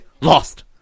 lost